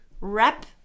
Wrap